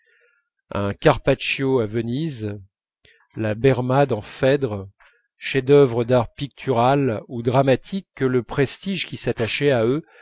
un carpaccio à venise la berma dans phèdre chefs-d'œuvre d'art pictural ou dramatique que le prestige qui s'attachait à eux